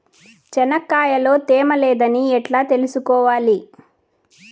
చెనక్కాయ లో తేమ లేదని ఎట్లా తెలుసుకోవాలి?